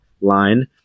line